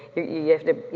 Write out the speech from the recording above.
you you have to,